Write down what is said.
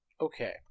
okay